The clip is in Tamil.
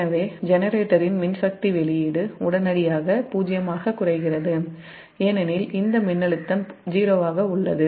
எனவே ஜெனரேட்டரின் மின்சக்தி வெளியீடு 0 ஆக குறைகிறது ஏனெனில் இந்த மின்னழுத்தம் 0 ஆக உள்ளது